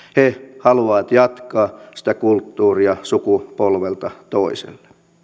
he haluavat jatkaa sitä kulttuuria sukupolvelta toiselle